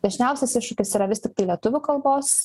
dažniausias iššūkis yra vis tiktai lietuvių kalbos